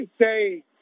say